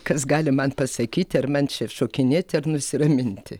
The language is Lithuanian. kas gali man pasakyti ar man čia šokinėti ar nusiraminti